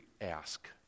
ask